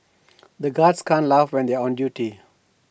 the guards can't laugh when they are on duty